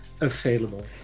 available